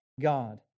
God